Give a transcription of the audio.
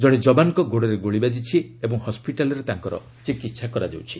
ଜଣେ ଯବାନଙ୍କ ଗୋଡ଼ରେ ଗୁଳି ବାଜିଛି ଓ ହସ୍କିଟାଲ୍ରେ ତାଙ୍କର ଚିକିତ୍ସା କରାଯାଉଛି